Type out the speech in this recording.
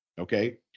Okay